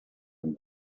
and